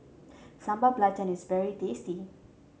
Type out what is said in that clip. Sambal Belacan is very tasty